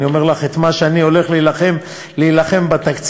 אני אומר לך את מה שאני הולך להילחם עליו בתקציב,